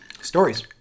Stories